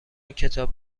کتاب